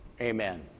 amen